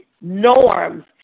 norms